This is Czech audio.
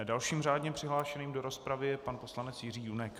Dalším řádně přihlášeným do rozpravy je pan poslanec Jiří Junek.